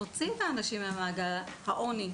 תוציא את האנשים ממעגל העוני,